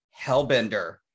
Hellbender